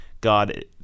God